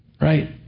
Right